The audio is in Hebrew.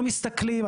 לא מסתכלים.